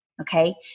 okay